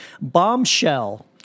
Bombshell